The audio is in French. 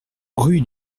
rue